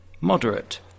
moderate